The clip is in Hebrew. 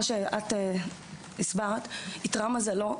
איתרע מזלו,